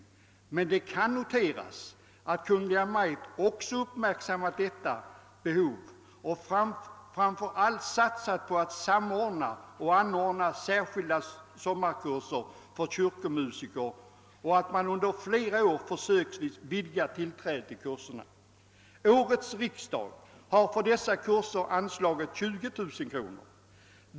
Det kan emellertid noteras att Kungl. Maj:t också uppmärksammat detta behov och framför allt satsat på att anordna och koordinera särskilda sommarkurser för kyrkomusiker och under flera år försöksvis vidgat tillträdet till kurserna. Årets riksdag har till dessa kurser anslagit 20000 kronor.